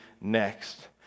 next